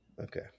Okay